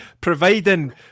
providing